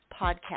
podcast